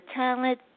talent